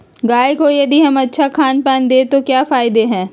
गाय को यदि हम अच्छा खानपान दें तो क्या फायदे हैं?